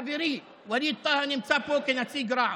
חברי ווליד טאהא, נמצא פה כנציג רע"מ.